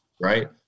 right